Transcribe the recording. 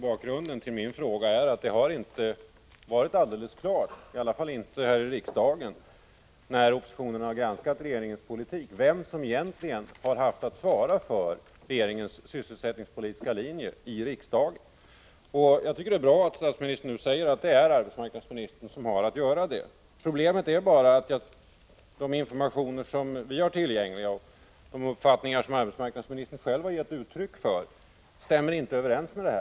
Bakgrunden till min fråga är ju att det inte varit alldeles klart, i alla fall inte här i riksdagen när oppositionen granskat regeringens politik, vem som egentligen har att svara för regeringens sysselsättningspolitiska linje i riksdagen. Jag tycker att det är bra att statsministern nu säger att det är arbetsmarknadsministern som har att göra detta. Problemet är bara att de informationer som vi har tillgängliga och de uppfattningar som arbetsmarknadsministern själv har gett uttryck för inte stämmer överens med detta.